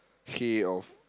hay of